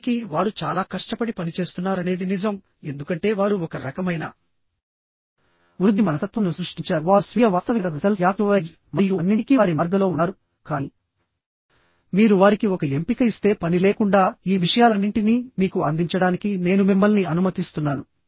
నిజానికి వారు చాలా కష్టపడి పనిచేస్తున్నారనేది నిజం ఎందుకంటే వారు ఒక రకమైన వృద్ధి మనస్తత్వం ను సృష్టించారు వారు స్వీయ వాస్తవికత మరియు అన్నింటికీ వారి మార్గంలో ఉన్నారు కానీ మీరు వారికి ఒక ఎంపిక ఇస్తే పని లేకుండా ఈ విషయాలన్నింటినీ మీకు అందించడానికి నేను మిమ్మల్ని అనుమతిస్తున్నాను